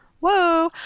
Whoa